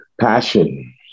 passion